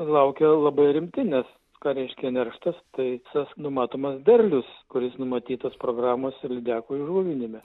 laukia labai rimti nes ką reiškia nerštas tai tas numatomas derlius kuris numatytas programos ir lydekų įžuvinime